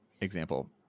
example